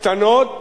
קטנות